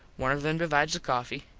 one of them divides the coffee.